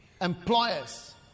Employers